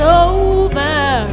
over